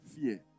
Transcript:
fear